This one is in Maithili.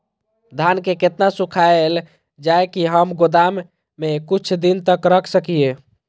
धान के केतना सुखायल जाय की हम गोदाम में कुछ दिन तक रख सकिए?